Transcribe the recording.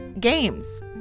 games